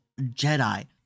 Jedi